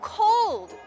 cold